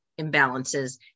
imbalances